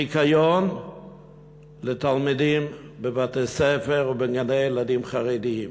ניקיון לתלמידים בבתי-ספר ובגני-ילדים חרדיים.